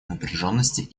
напряженности